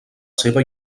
seva